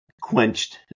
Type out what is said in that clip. quenched –